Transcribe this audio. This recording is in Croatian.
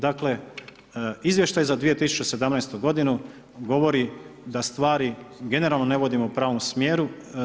Dakle Izvještaj za 2017. godinu govori da stvari generalno ne vodimo u pravom smjeru.